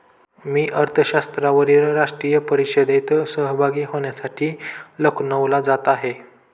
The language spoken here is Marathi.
मी अर्थशास्त्रावरील राष्ट्रीय परिषदेत सहभागी होण्यासाठी लखनौला जात आहे